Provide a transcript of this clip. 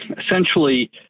Essentially